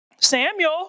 Samuel